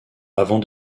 avant